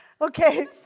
okay